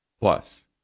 Plus